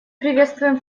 приветствуем